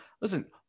Listen